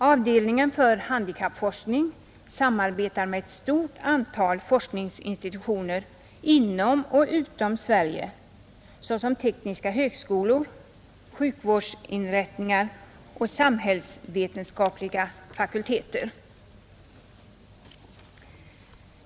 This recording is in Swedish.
Avdelningen för handikappforskning samarbetar med ett stort antal forskningsinstitutioner inom och utom Sverige såsom tekniska högskolor, sjukvårdsinrättningar och samhällsvetenskapliga fakulteter.